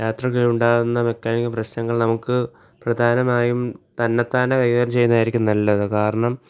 യാത്രകളിലുണ്ടാവുന്ന mechanic പ്രശ്നങ്ങൾ നമുക്ക് പ്രധാനമായും തന്ന താനെ കൈകാര്യം ചെയ്യുന്നായിരിക്കും നല്ലത് കാരണം